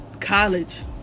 college